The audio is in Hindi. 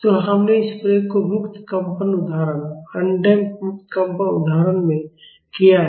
तो हमने इस प्रयोग को मुक्त कंपन उदाहरण अडम्प्ड मुक्त कंपन उदाहरण में किया है